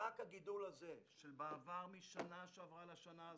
רק הגידול הזה, של מעבר מן השנה שעברה לשנה הזו,